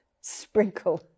sprinkle